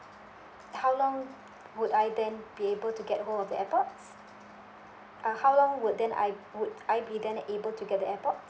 how long would I then be able to get hold of the airpods uh how long would then I would I be then able to get the airpods